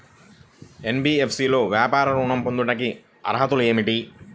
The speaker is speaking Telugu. ఎన్.బీ.ఎఫ్.సి లో వ్యాపార ఋణం పొందటానికి అర్హతలు ఏమిటీ?